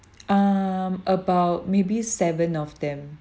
um about maybe seven of them